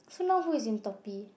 so now who is in